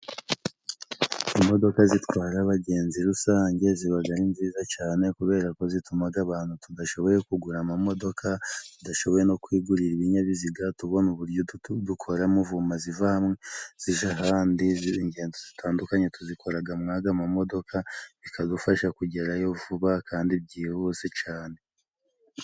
Imodoka zitwara abagenzi rusange zibaga ari nziza cane, kubera ko zitumaga abantu tudashoboye kugura amamodoka, tudashoboye no kwigurira ibinyabiziga, tubona uburyo tu dukora muvoma ziva hamwe zija ahandi .Zi ingendo zitandukanye tuzikoraga mwaga mamodoka, bikadufasha kugerayo vuba kandi byihuse cane.